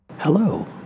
Hello